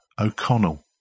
O'Connell